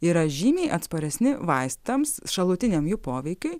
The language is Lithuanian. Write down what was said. yra žymiai atsparesni vaistams šalutiniam jų poveikiui